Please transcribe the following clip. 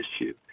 issue